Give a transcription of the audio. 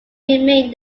remained